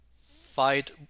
fight